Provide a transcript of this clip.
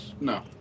no